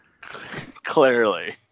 Clearly